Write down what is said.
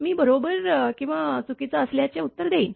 मी बरोबर किंवा चुकीचं असल्याचे उत्तर देईन